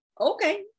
okay